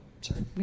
sorry